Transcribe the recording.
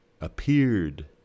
appeared